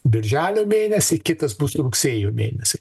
birželio mėnesį kitas bus rugsėjo mėnesį